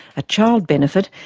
a child benefit,